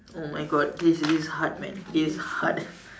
oh my God this is hard man this is hard